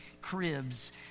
cribs